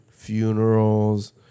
funerals